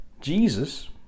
Jesus